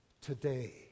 today